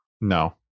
no